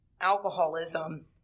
alcoholism